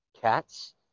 cats